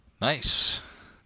Nice